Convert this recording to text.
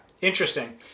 interesting